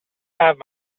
have